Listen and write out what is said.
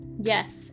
Yes